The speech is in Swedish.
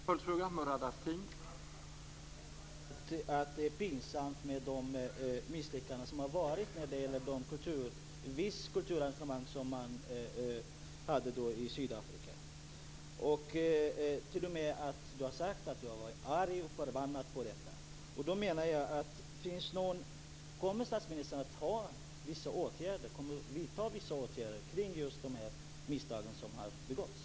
Herr talman! Statsministern själv har sagt att det är pinsamt med de misslyckanden som har varit när det gäller vissa kulturarrangemang i Sydafrika, och statsministern har t.o.m. sagt att han har varit arg och förbannad på detta. Kommer statsministern att vidta några åtgärder när det gäller de misstag som har begåtts?